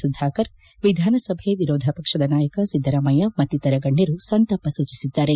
ಸುಧಾಕರ್ವಿಧಾನಸಭೆ ವಿರೋಧ ಪಕ್ಷದ ನಾಯಕ ಸಿದ್ದರಾಮಯ್ಯ ಮತ್ತಿತರ ಗಣ್ಯರು ಸಂತಾಪ ಸೂಚಿಸಿದ್ದಾರೆ